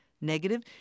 Negative